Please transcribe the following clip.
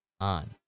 on